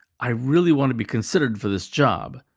i really want to be considered for this job.